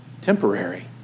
Temporary